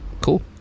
Cool